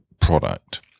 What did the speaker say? product